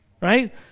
right